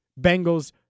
Bengals